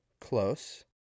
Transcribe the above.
close